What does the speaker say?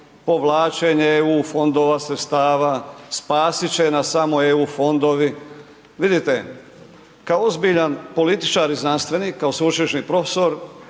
povlačenje EU fondova, sredstava, spasit će nas samo EU fondovi. Vidite, kao ozbiljan političar i znanstvenik, kao sveučilišni profesor